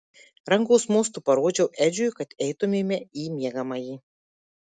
rankos mostu parodžiau edžiui kad eitumėme į miegamąjį